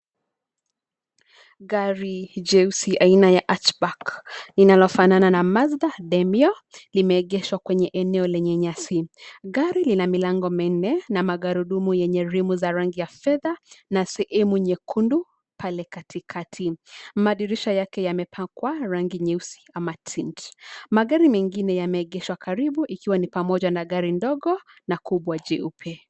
Gari jeusi aina ya hutchback linalo fanana na Mazda Demio limeegeshwa kwenye eneo lenye nyasi, gari hili lina milango minne na magurudumu yenye rimu za rangi ya fedha na sehemu nyekundu pale katikati madirisha yake yamepakwa rangi nyeusi ama tint magari mengine yameegeshwa karibu ikiwa ni pamoja na gari ndogo na kubwa jeupe.